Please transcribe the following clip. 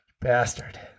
Bastard